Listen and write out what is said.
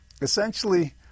essentially